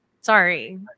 Sorry